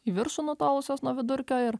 į viršų nutolusios nuo vidurkio ir